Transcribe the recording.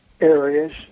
areas